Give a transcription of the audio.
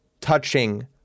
touching